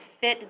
fit